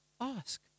ask